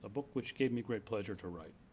book which gave me great pleasure to write.